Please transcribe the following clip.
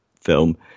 film